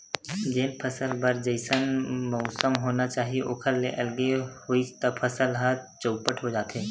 जेन फसल बर जइसन मउसम होना चाही ओखर ले अलगे होइस त फसल ह चउपट हो जाथे